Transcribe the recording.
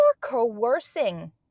coercing